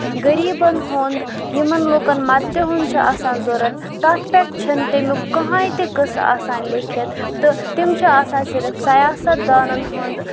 غریٖبن ہُند یِمن لُکن مددتہِ ہُند چھُ آسان ضروٗرت تَتھ پٮ۪ٹھ چھُ نہٕ تَمیُک کٕہینۍ تہِ قٕصہٕ آسان لٮ۪کھِتھ تہٕ تِم چھِ آسان صرف سِیاست دانن ہُند